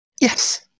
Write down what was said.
yes